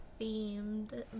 themed